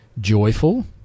joyful